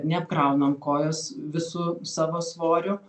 neapkraunam kojos visu savo svoriu